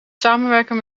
samenwerken